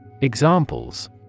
Examples